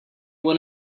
want